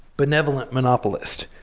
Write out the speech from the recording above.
benevolent monopolist.